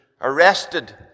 arrested